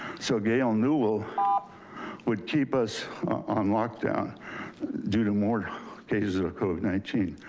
so gail newel would keep us on lockdown due to more cases of covid nineteen?